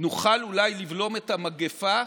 נוכל אולי לבלום את המגפה,